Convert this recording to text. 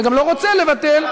וגם לא רוצה לבטל,